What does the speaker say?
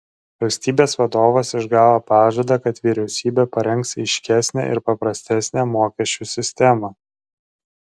valstybės vadovas išgavo pažadą kad vyriausybė parengs aiškesnę ir paprastesnę mokesčių sistemą